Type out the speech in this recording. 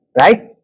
right